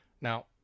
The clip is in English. Now